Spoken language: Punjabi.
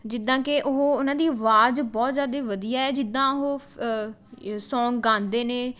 ਜਿੱਦਾਂ ਕਿ ਉਹ ਉਹਨਾਂ ਦੀ ਆਵਾਜ਼ ਬਹੁਤ ਜ਼ਿਆਦਾ ਵਧੀਆ ਹੈ ਜਿੱਦਾਂ ਉਹ ਫ ਸੌਂਗ ਗਾਉਂਦੇ ਨੇ